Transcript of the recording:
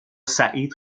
سعید